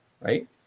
right